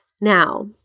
Now